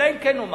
אלא אם כן נאמר